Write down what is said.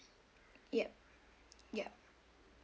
yup ya